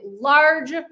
large